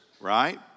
right